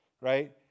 Right